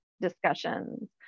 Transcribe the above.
discussions